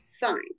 fine